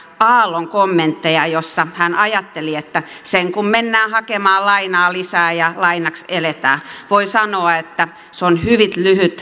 aallon kommentteja joissa hän ajatteli että sen kuin mennään hakemaan lainaa lisää ja lainaksi eletään voi sanoa että se on hyvin